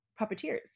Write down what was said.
puppeteers